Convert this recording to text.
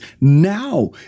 now